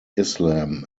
islam